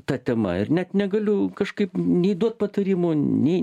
ta tema ir net negaliu kažkaip nei duot patarimo nei